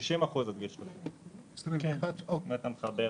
60% עד גיל 30. תמונת הראי